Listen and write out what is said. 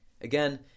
again